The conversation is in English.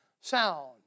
sound